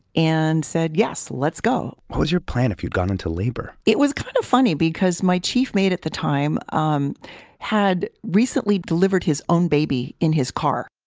and said, yes, let's go. what was your plan if you'd gone into labor? it was kind of funny because my chief mate at the time um had recently delivered his own baby in his car.